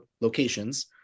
locations